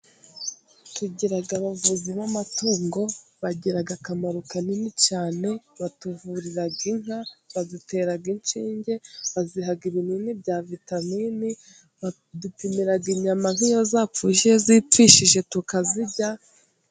Tugira abavuzi b'amatungo, bagira akamaro kanini cyane batuvurira inka, badutera inshinge, baziha ibinini bya vitamini, badupimira inyama nk'iyo zapfuye zipfishije tukazirya.